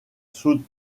south